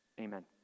amen